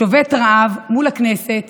שובת רעב מול הכנסת